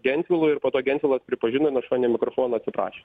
gentvilui ir po to gentvilas pripažino nuo šoninio mikrofono atsiprašė